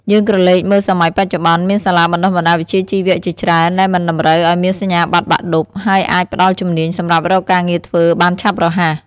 យើងក្រឡេកមើលសម័យបច្ចុប្បន្ន មានសាលាបណ្តុះបណ្តាលវិជ្ជាជីវៈជាច្រើនដែលមិនតម្រូវឲ្យមានសញ្ញាបត្របាក់ឌុប ហើយអាចផ្តល់ជំនាញសម្រាប់រកការងារធ្វើបានឆាប់រហ័ស។